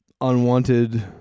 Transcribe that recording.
unwanted